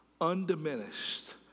undiminished